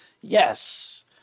yes